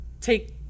take